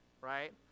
Right